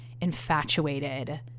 infatuated